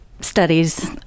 Studies